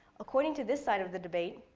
according to this side of the debate,